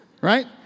right